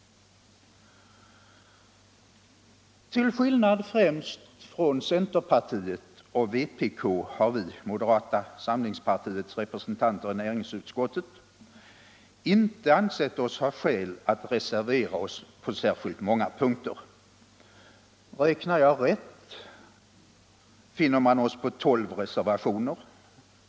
Till skillnad från centerpartiet och vpk har vi, moderata samlingspartiets representanter i näringsutskottet, inte ansett oss ha skäl att reservera oss på särskilt många punkter. Räknar jag rätt finner man oss på tolv reservationer.